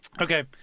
Okay